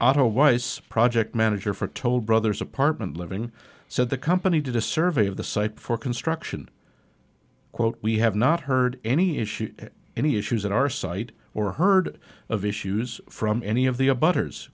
otto weiss project manager for toll brothers apartment living so the company did a survey of the site for construction quote we have not heard any issues any issues at our site or heard of issues from any of the above hers